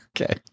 Okay